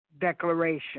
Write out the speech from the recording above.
declaration